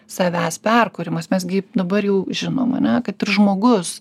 savęs perkūrimas mes gi dabar jau žinom ane kad ir žmogus